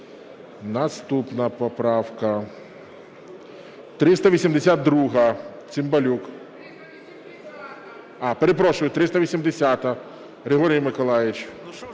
Наступна поправка, 382. Цимбалюк. Перепрошую, 380-а. Григорій Миколайович.